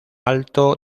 alto